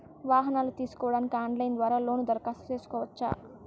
వాహనాలు తీసుకోడానికి ఆన్లైన్ ద్వారా లోను దరఖాస్తు సేసుకోవచ్చా?